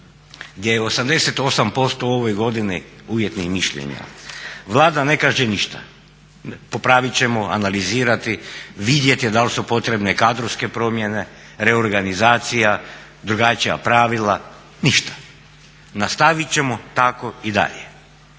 gdje je 88% u ovoj godini uvjetnih mišljenja Vlada ne kaže ništa. Popravit ćemo, analizirati, vidjeti da li su potrebne kadrovske promjene, reorganizacija, drugačija pravila? Ništa! Nastavit ćemo tako i dalje.